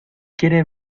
quiere